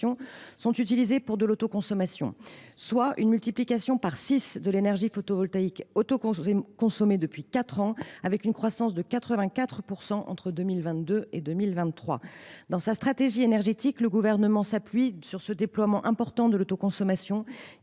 sont utilisées pour de l’autoconsommation, soit une multiplication par six de l’énergie photovoltaïque autoconsommée depuis quatre ans, avec une croissance de 84 % entre 2022 et 2023. Dans sa stratégie énergétique, le Gouvernement s’appuie sur un déploiement important de l’autoconsommation,